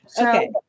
Okay